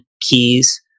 keys